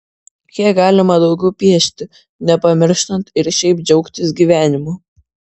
kiek galima daugiau piešti nepamirštant ir šiaip džiaugtis gyvenimu